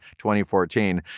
2014